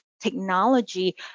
technology